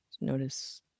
Notice